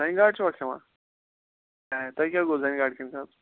زَنہِ گاڈٕ چھِوا کھیٚوان ہاے ہاے تۄہہِ کیاہ گوٚو زَنہِ گاڈٕ کھیٚنہ خٲطرٕ